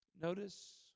Notice